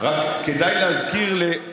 רק כדאי להזכיר, לא,